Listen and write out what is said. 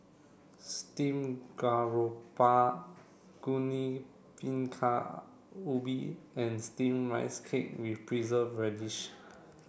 Steam Garoupa Bingka Ubi and steamed rice cake with preserved radish